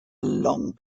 long